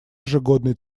ежегодной